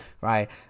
Right